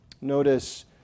Notice